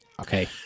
Okay